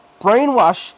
brainwash